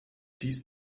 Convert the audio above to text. dies